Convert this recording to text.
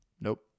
Nope